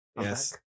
Yes